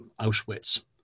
Auschwitz